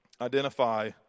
identify